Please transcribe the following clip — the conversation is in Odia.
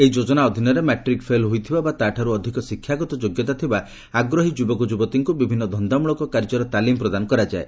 ଏହି ଯୋଜନା ଅଧିନରେ ମାଟ୍ରିକ ଫେଲ ହୋଇଥିବା ବା ତାଠାରୁ ଅଧିକ ଶିକ୍ଷାଗତ ଯୋଗ୍ୟତା ଥିବା ଆଗ୍ରହୀ ଯୁବକ ଯୁବତୀଙ୍କୁ ବିଭିନ୍ନ ଧନାମୂଳକ କାର୍ଯ୍ୟର ତାଲିମ ପ୍ରଦାନ କରାଯାଇଥାଏ